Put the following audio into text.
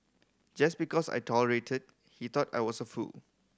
just because I tolerated he thought I was a fool